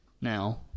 now